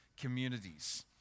communities